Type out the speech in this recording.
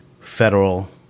federal